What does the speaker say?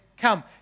Come